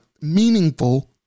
meaningful